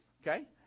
Okay